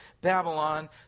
Babylon